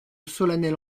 solennelle